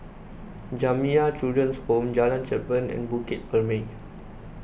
Jamiyah Children's Home Jalan Cherpen and Bukit Purmei